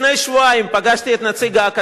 לפני שבועיים פגשתי את נציג אכ"א,